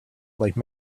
like